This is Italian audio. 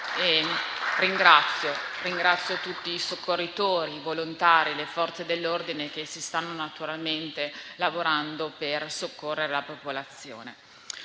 Ringrazio tutti i soccorritori, i volontari e le Forze dell'ordine che stanno naturalmente lavorando per soccorrere la popolazione.